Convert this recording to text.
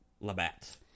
Labatt